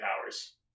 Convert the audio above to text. powers